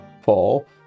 fall